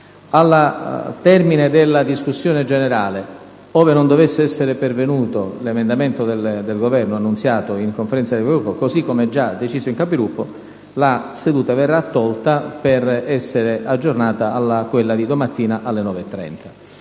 Al termine della discussione generale, ove non dovesse essere pervenuto l'emendamento del Governo annunciato in Conferenza dei Capigruppo, così come già deciso in tale sede, la seduta verrà tolta, per essere aggiornata a domattina alle ore